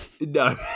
No